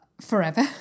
forever